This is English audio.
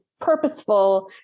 purposeful